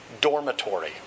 Dormitory